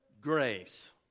grace